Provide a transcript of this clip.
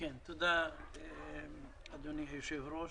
תודה אדוני היושב ראש.